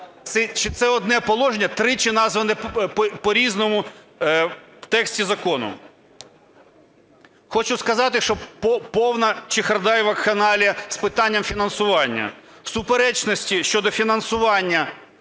чи це одне положення, тричі назване по-різному в тексті закону? Хочу сказати, що повна чехарда і вакханалія з питанням фінансування. Суперечності щодо фінансування